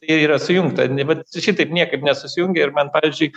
ir yra sujungta ne bet šitaip niekaip nesusijungia ir man pavyzdžiui